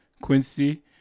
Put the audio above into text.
Quincy